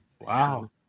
Wow